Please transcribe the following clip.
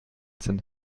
sind